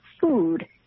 food